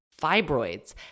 fibroids